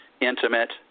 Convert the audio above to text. intimate